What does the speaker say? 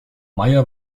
meier